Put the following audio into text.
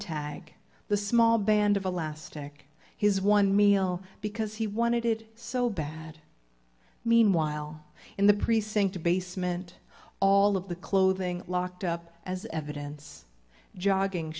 tag the small band of elastic his one meal because he wanted it so bad meanwhile in the precinct basement all of the clothing locked up as evidence jogging